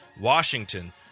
Washington